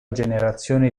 generazione